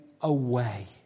away